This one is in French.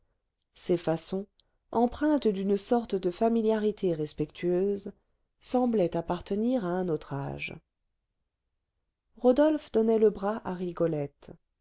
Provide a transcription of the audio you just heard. ces façons empreintes d'une sorte de familiarité respectueuse semblaient appartenir à un autre âge rodolphe donnait le bras à rigolette